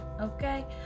okay